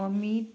Amit